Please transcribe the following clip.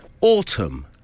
Autumn